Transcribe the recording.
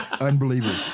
Unbelievable